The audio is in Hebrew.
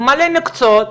הרבה מקצועות,